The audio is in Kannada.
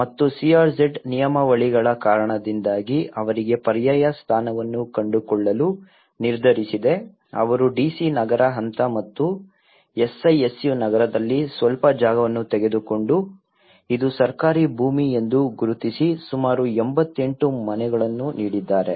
ಮತ್ತು CRZ ನಿಯಮಾವಳಿಗಳ ಕಾರಣದಿಂದ ಅವರಿಗೆ ಪರ್ಯಾಯ ಸ್ಥಾನವನ್ನು ಕಂಡುಕೊಳ್ಳಲು ನಿರ್ಧರಿಸಿದ ಅವರು DC ನಗರ ಹಂತ ಮತ್ತು SISU ನಗರದಲ್ಲಿ ಸ್ವಲ್ಪ ಜಾಗವನ್ನು ತೆಗೆದುಕೊಂಡು ಇದು ಸರ್ಕಾರಿ ಭೂಮಿ ಎಂದು ಗುರುತಿಸಿ ಸುಮಾರು 88 ಮನೆಗಳನ್ನು ನೀಡಿದ್ದಾರೆ